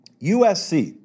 USC